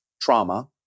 trauma